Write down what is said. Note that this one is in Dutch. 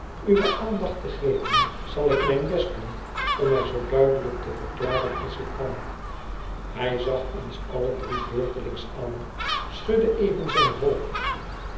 uwe aandacht te geven zal ik mijn best doen om mij zoo duidelijk te verklaren als ik kan hij zag ons alle drie beurtelings aan schudde even zijn hoofd